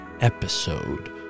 Episode